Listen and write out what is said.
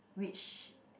which